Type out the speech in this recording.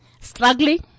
struggling